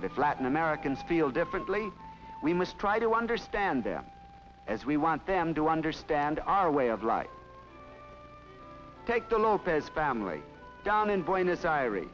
but if latin americans feel differently we must try to understand their as we want them to understand our way of life take the lopez family in buenos aires